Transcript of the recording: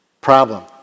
Problem